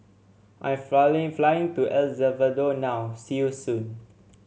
I am flying to El Salvador now see you soon